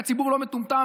כי הציבור לא מטומטם,